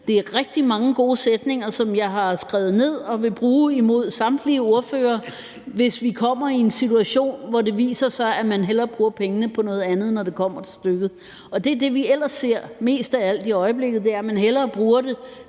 Det er rigtig mange gode sætninger, jeg har skrevet ned og vil bruge mod samtlige ordførere, hvis vi kommer i en situation, hvor det viser sig, at man hellere bruger pengene på noget andet, når det kommer til stykket. Og det er det, vi ellers ser mest af alt i øjeblikket, nemlig at man hellere bruger dem